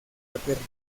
paterna